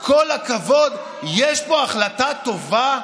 כל הכבוד, יש פה החלטה טובה.